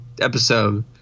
episode